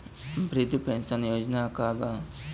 वृद्ध पेंशन योजना का बा?